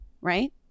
right